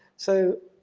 so,